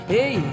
Hey